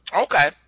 Okay